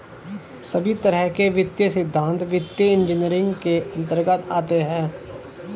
सभी तरह के वित्तीय सिद्धान्त वित्तीय इन्जीनियरिंग के अन्तर्गत आते हैं